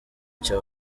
cya